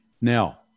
Now